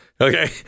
Okay